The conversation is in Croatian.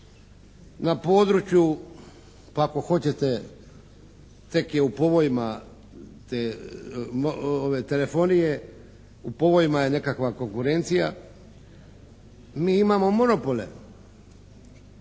na području ako hoćete tek je u povojima telefonije, u povojima je nekakva konkurencija. Mi imamo monopole.